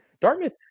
Dartmouth